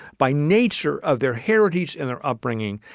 by nature of their heritage and their upbringing,